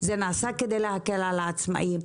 זה נעשה כדי להקל אל העצמאים.